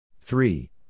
Three